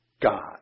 God